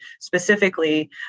specifically